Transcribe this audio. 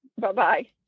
Bye-bye